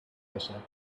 بشم